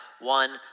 one